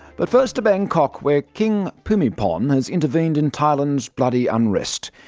but first to bangkok where king bhumibol um has intervened in thailand's bloody unrest.